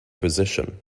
position